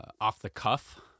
off-the-cuff